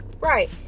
Right